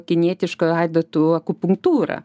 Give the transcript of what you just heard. kinietiška adatų akupunktūra